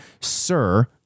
sir